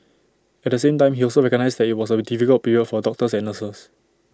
at the same time he also recognised that IT was A difficult period for doctors and nurses